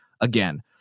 again